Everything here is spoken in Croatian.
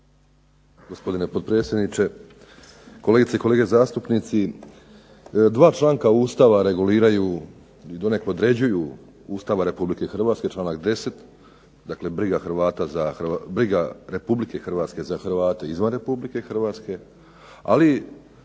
Gospodine potpredsjedniče, kolegice i kolege zastupnici. Dva članka Ustava reguliraju i donekle određuju Ustava Republike Hrvatske, članak 10. dakle briga Republike Hrvatske za Hrvate izvan Republike Hrvatske, ali